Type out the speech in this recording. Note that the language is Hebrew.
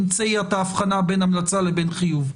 המציא את האבחנה בין המלצה לבין חיוב.